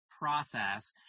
process